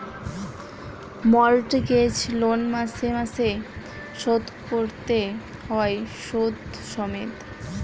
mortgage loan মাসে মাসে শোধ কোরতে হয় শুধ সমেত